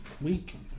week